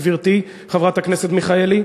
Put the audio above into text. גברתי חברת הכנסת מיכאלי,